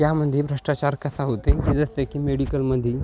त्यामध्ये भ्रष्टाचार कसा होते जसे की मेडिकलमध्ये